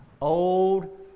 old